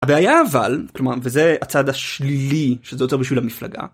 הבעיה אבל, כלומר, וזה הצד השלילי שזה עוצר בשביל המפלגה.